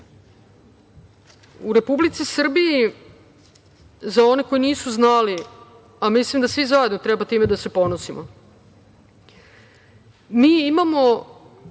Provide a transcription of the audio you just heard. Republici Srbiji, za one koji nisu znali, a mislim da svi zajedno treba da se ponosimo, mi imamo